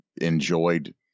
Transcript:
enjoyed